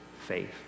faith